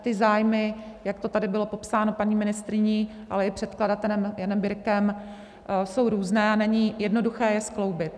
Ty zájmy, jak to tady bylo popsáno paní ministryní, ale i předkladatelem Janem Birkem, jsou různé a není jednoduché je skloubit.